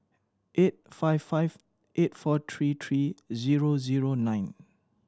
eight five five eight four three three zero zero nine